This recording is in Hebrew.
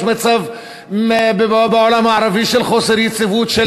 יש בעולם הערבי מצב של